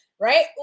Right